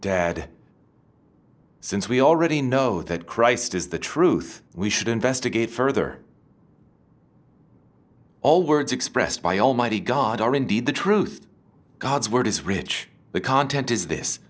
dad since we already know that christ is the truth we should investigate further all words expressed by almighty god are indeed the truth god's word is rich the content is this